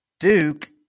Duke